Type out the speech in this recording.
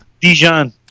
Dijon